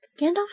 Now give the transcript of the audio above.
Gandalf